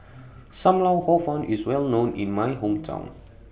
SAM Lau Hor Fun IS Well known in My Hometown